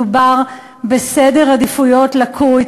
מדובר בסדר עדיפויות לקוי,